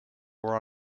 war